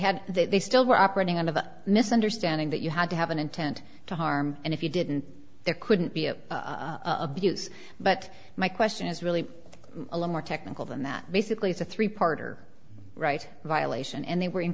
with they had they still were operating under the misunderstanding that you had to have an intent to harm and if you didn't there couldn't be a abuse but my question is really a lot more technical than that basically it's a three parter right violation and they were in